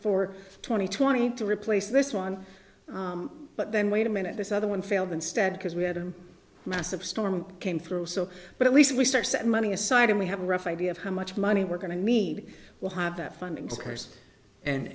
for twenty twenty to replace this one but then wait a minute this other one failed instead because we had a massive storm came through so but at least we start set money aside and we have a rough idea of how much money we're going to need we'll have that funding